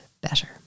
better